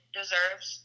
deserves